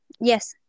Yes